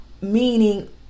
meaning